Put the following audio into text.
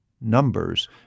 numbers